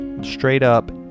straight-up